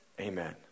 Amen